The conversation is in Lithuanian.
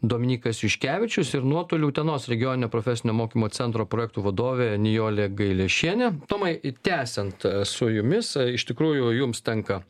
dominykas juškevičius ir nuotoliu utenos regioninio profesinio mokymo centro projektų vadovė nijolė gailešienė tomai tęsiant su jumis iš tikrųjų jums tenka